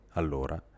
allora